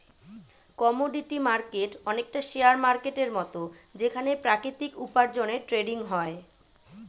commodity market অনেকটা share মার্কেটের মত যেখানে প্রাকৃতিক উপার্জনের ট্রেডিং হয়